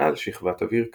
מעל שכבת אוויר קר.